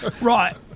Right